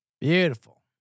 Beautiful